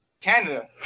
Canada